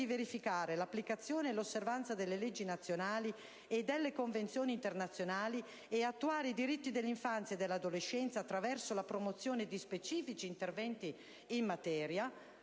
verificare l'applicazione e l'osservanza delle leggi nazionali e delle Convenzioni internazionali e di attuare i diritti dell'infanzia e dell'adolescenza, attraverso la promozione di specifici interventi in materia,